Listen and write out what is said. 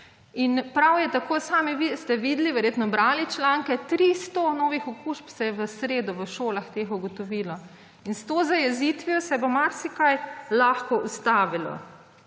In prav je tako. Sami ste videli, verjetno brali članke, 300 novih okužb se je v sredo v šolah ugotovilo. S to zajezitvijo se bo marsikaj lahko ustavilo.